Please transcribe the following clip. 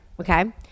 okay